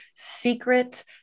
secret